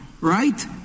Right